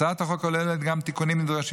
הצעת החוק כוללת גם תיקונים נדרשים